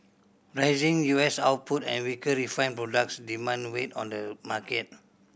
rising U S output and weaker refined products demand weighed on the market